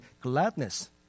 gladness